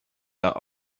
are